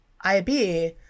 IB